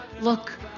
Look